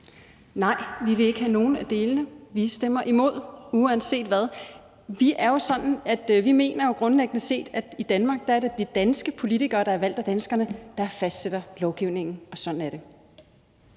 Nej, vi vil ikke have nogen af delene, så vi stemmer imod uanset hvad. Det er jo sådan, at vi grundlæggende mener, at i Danmark er det de danske politikere, der er valgt af danskerne, som skal fastsætte lovgivningen. Sådan er det.